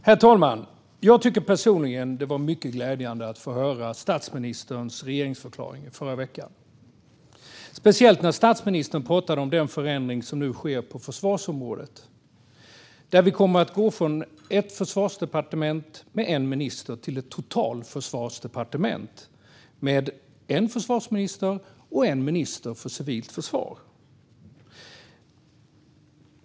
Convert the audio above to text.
Herr talman! Jag tycker personligen att det var mycket glädjande att höra statsministerns regeringsförklaring förra veckan, speciellt när statsministern talade om den förändring som nu sker på försvarsområdet. Där kommer vi att gå från att ha ett försvarsdepartement med en minister till att ha ett totalförsvarsdepartement med en försvarsminister och en minister för civilt försvar.